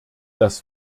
das